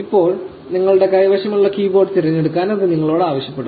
ഇപ്പോൾ നിങ്ങളുടെ കൈവശമുള്ള കീബോർഡ് തിരഞ്ഞെടുക്കാൻ അത് നിങ്ങളോട് ആവശ്യപ്പെടും